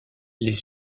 les